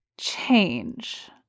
change